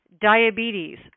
diabetes